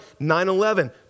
9-11